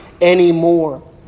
anymore